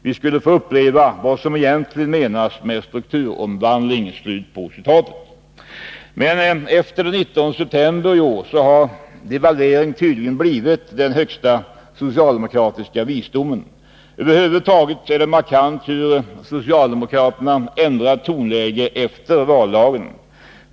Vi skulle få uppleva vad som egentligen menas med strukturomvandling.” Men efter den 19 september i år har devalvering tydligen blivit den högsta socialdemokratiska visdomen. Över huvud taget är det markant hur socialdemokratin ändrat tonläge efter valdagen.